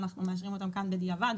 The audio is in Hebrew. ואנחנו מאשרים אותן כאן בדיעבד,